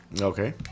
Okay